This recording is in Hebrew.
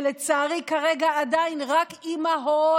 שלצערי כרגע רק אימהות